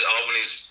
Albany's